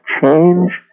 change